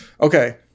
Okay